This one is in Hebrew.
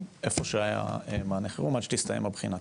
איפה שהיה מענה חירום עד שתסתיים הבחינה,